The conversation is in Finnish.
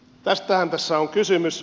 tästähän tässä on kysymys